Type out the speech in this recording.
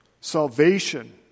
Salvation